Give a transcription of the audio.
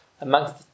amongst